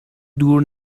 دور